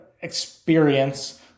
experience